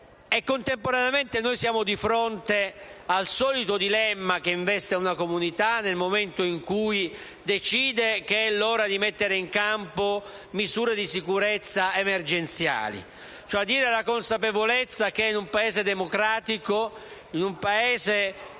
Contemporaneamente, siamo di fronte al solito dilemma che investe una comunità nel momento in cui decide che è il momento di mettere in campo misure di sicurezza emergenziali, cioè la consapevolezza che in un Paese democratico, in un Paese